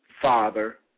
father